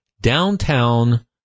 downtown